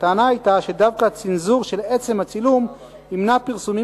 הטענה היתה שדווקא הצִנזור של עצם הצילום ימנע פרסומים